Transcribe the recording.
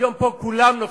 היום פה כולם נובחים,